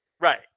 Right